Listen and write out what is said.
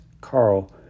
Carl